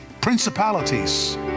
principalities